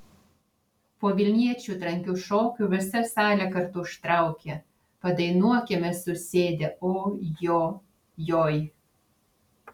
po vilniečių trankių šokių visa salė kartu užtraukė padainuokime susėdę o jo joj